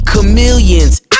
chameleons